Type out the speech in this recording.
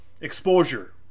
exposure